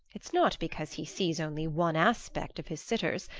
it's not because he sees only one aspect of his sitters,